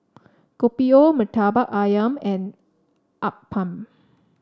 Kopi O Murtabak ayam and Appam